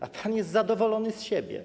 A pan jest zadowolony z siebie.